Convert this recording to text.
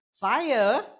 fire